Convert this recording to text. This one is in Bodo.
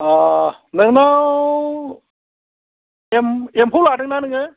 अ नोंनाव एम्फौ लादोंना नोङो